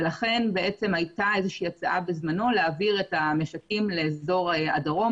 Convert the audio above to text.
ולכן הייתה איזושהי הצעה בזמנו להעביר את המשקים לאזור הדרום,